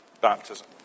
baptism